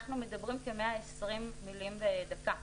אנחנו מדברים כ-120 מילים בדקה.